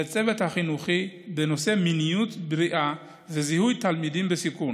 לצוות החינוכי בנושא מיניות בריאה וזיהוי תלמידים בסיכון,